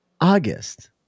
August